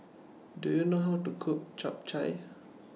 Do YOU know How to Cook Chap Chai